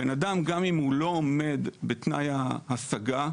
גם אם בן-אדם לא עומד בתנאי ההשגה,